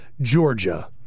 Georgia